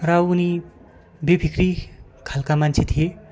र उनी बेफिक्री खालका मान्छे थिए